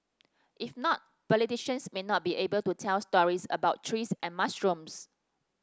if not politicians may not be able to tell stories about trees and mushrooms